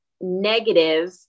negative